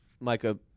Micah